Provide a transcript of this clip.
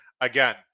again